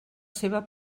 seva